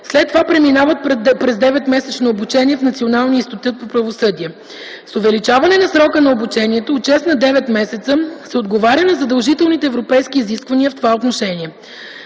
След това преминават през 9-месечно обучение в Националния институт по правосъдие. С увеличаване на срока на обучението от 6 на 9 месеца се отговаря на задължителните европейски изисквания в това отношение.